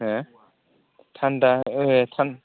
हा थान्दा औ थान्दा